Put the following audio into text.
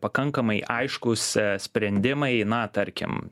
pakankamai aiškūs sprendimai na tarkim